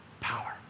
power